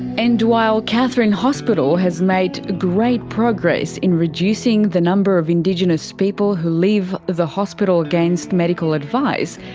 and while katherine hospital has made great progress in reducing the number of indigenous people who leave the hospital against medical advice,